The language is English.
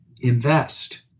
invest